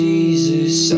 Jesus